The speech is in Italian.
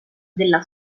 della